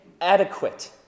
adequate